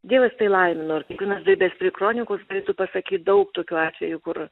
dievas tai laimino ir kiekvienas dirbęs prie kronikos galėtų pasakyt daug tokių atvejų kur